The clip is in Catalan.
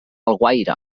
alguaire